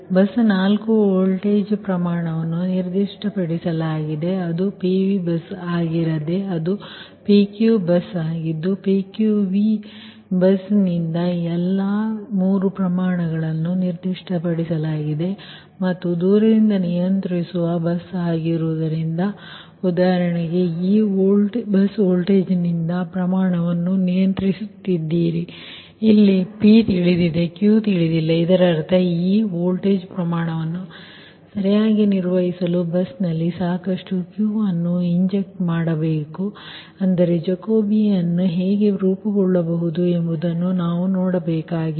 bus 4 voltage ಪ್ರಮಾಣವನ್ನು ನಿರ್ದಿಷ್ಟಪಡಿಸಲಾಗಿದೆ ಅದು PVಬಸ್ ಆಗಿರದೆ ಅದು PQVಬಸ್ ಆಗಿದ್ದು PQVಬಸ್ನಿಂದ ಎಲ್ಲಾ 3 ಪ್ರಮಾಣಗಳನ್ನು ನಿರ್ದಿಷ್ಟಪಡಿಸಲಾಗಿದೆ ಮತ್ತು ದೂರದಿಂದ ನಿಯಂತ್ರಿಸುವ ಬಸ್ ಆಗಿದೆ ಉದಾಹರಣೆ ಈ ಬಸ್ನಿಂದ ವೋಲ್ಟೇಜ್ ಪ್ರಮಾಣವನ್ನು ನಿಯಂತ್ರಿಸುತ್ತಿದ್ದೀರಿ ಇಲ್ಲಿ P ತಿಳಿದಿದೆ Q ತಿಳಿದಿಲ್ಲ ಇದರರ್ಥ ಈ ವೋಲ್ಟೇಜ್ ಪ್ರಮಾಣವನ್ನು ಸರಿಯಾಗಿ ನಿರ್ವಹಿಸಲು ಬಸ್ನಲ್ಲಿ ಸಾಕಷ್ಟು Q ಅನ್ನು ಇಂಜೆಕ್ಟ್ ಮಾಡಬೇಕು ಅಂದರೆ ಜಾಕೋಬಿಯನ್ ಹೇಗೆ ರೂಪುಗೊಳ್ಳಬಹುದು ಎಂಬುದನ್ನು ನಾವು ನೋಡಬೇಕಾಗಿದೆ